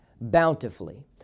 bountifully